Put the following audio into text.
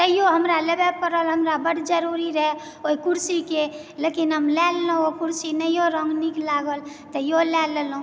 तैयो हमरा लेबे पड़ल हमरा बड्ड जरुरी रहय ओहि कुर्सी के लेकिन हम लए लेलहुॅं ओ कुर्सी नहियो रंग नीक लागल तैयो लए लेलहुॅं